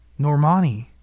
Normani